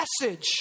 message